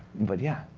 but yeah.